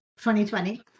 2020